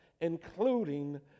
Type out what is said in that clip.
including